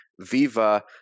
Viva